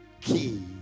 key